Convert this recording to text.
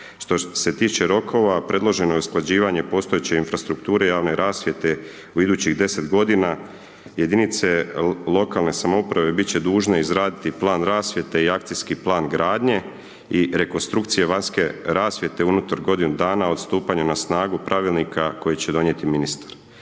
Što se tiče rokova, predloženo je usklađivanje postojeće infrastrukture javne rasvjete u idućih 10 godina. Jedinice lokalne samouprave bit će dužne izraditi plan rasvjete i akcijski plan gradnje i rekonstrukcije vanjske rasvjete unutar godinu dana od stupanja na snagu Pravilnika koji će donijeti ministar.